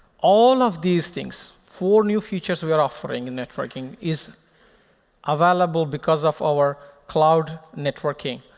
all of these things, four new features we are offering in networking, is available, because of our cloud networking